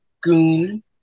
goon